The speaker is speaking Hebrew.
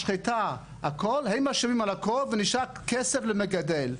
משחטה, הכל, הם משלמים על הכל ונשאר כסף למגדל.